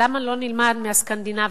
למה לא נלמד מהסקנדינביות,